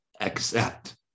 accept